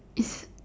is